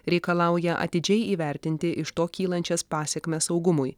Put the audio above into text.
reikalauja atidžiai įvertinti iš to kylančias pasekmes saugumui